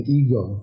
ego